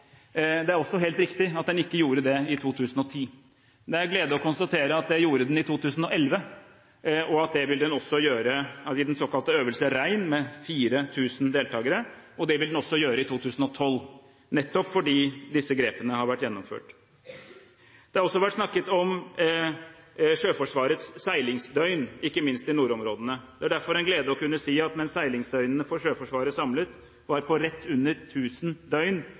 Det er også helt riktig at den ikke gjorde det i 2010. Men det er en glede å kunne konstatere at det gjorde den i 2011, og det vil den også gjøre – den såkalte Øvelse Rein, med 4 000 deltakere – i 2012, nettopp fordi disse grepene har vært gjennomført. Det har også vært snakket om Sjøforsvarets seilingsdøgn, ikke minst i nordområdene. Det er derfor en glede å kunne si at mens seilingsdøgnene for Sjøforsvaret samlet var på rett under 1 000 døgn